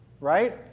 Right